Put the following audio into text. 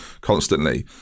constantly